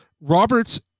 Roberts